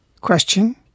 question